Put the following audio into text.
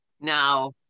Now